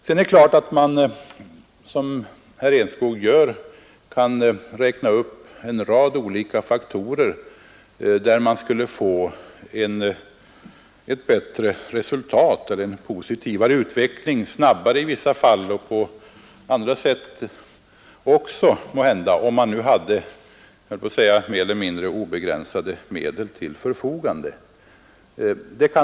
Sedan är det klart att man, som herr Enskog gör, kan räkna upp en rad olika områden där man skulle få ett bättre resultat eller en positivare utveckling — det skulle i vissa fall gå snabbare och måhända också bättre på andra sätt — om man hade mer eller mindre obegränsade medel till förfogande.